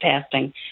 testing